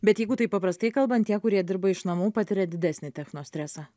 bet jeigu taip paprastai kalbant tie kurie dirba iš namų patiria didesnį techno stresą